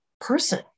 person